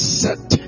set